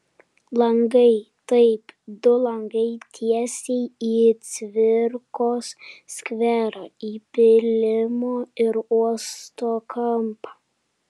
langai taip du langai tiesiai į cvirkos skverą į pylimo ir uosto kampą